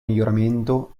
miglioramento